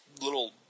little